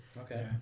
Okay